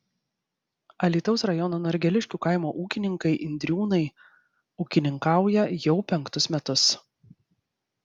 alytaus rajono norgeliškių kaimo ūkininkai indriūnai ūkininkauja jau penktus metus